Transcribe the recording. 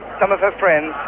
some of her friends,